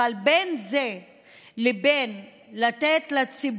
אבל יש הבדל גדול